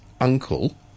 uncle